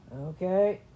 Okay